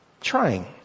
trying